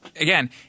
again